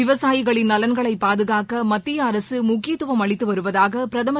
விவசாயிகளின் நலன்களை பாதுகாக்க மத்திய அரசு முக்கியத்துவம் அளித்து வருவதாக பிரதமர்